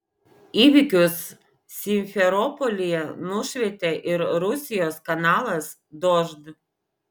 įvykius simferopolyje nušvietė ir rusijos kanalas dožd